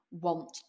want